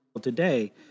today